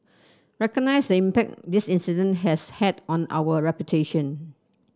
recognise the impact this incident has had on our reputation